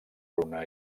runa